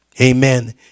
amen